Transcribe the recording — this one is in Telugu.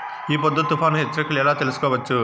ఈ పొద్దు తుఫాను హెచ్చరికలు ఎలా తెలుసుకోవచ్చు?